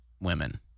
women